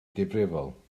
difrifol